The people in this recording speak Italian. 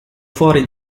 fuori